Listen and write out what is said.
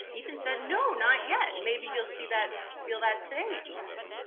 ethan said no not yet. maybe you'll see that, feel that today, ethan.